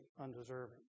undeserving